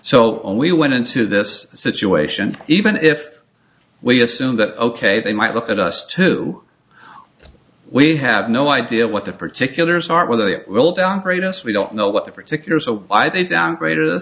on we went into this situation even if we assume that ok they might look at us too we have no idea what the particulars aren't with it will downgrade us we don't know what the particulars of why they downgraded u